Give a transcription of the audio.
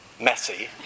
messy